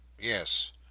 Yes